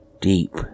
deep—